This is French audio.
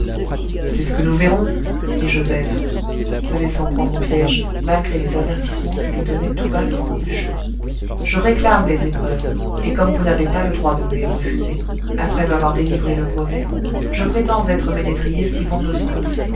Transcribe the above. c'est ce que nous verrons dit joseph se laissant prendre au piége malgré les avertissements que lui donnait tout bas le grand bûcheux je réclame les épreuves et comme vous n'avez pas le droit de me les refuser après m'avoir délivré le brevet je prétends être ménétrier si bon me semble